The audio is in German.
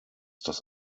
das